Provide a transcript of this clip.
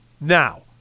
Now